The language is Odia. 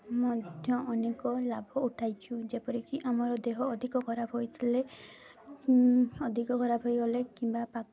ମଧ୍ୟ ଅନେକ ଲାଭ ଉଠାଇଛୁ ଯେପରିକି ଆମର ଦେହ ଅଧିକ ଖରାପ ହୋଇଥିଲେ ଅଧିକ ଖରାପ ହେଇଗଲେ କିମ୍ବା